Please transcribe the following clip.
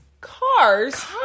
Cars